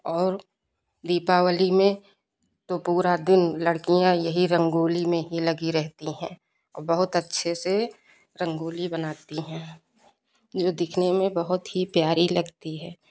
और दीपावली में तो पूरा दिन लड़कियां यही रंगोली में ही लगी रहती हैं और बहुत अच्छे से रंगोली बनाती हैं जो दिखने में बहुत ही प्यारी लगती है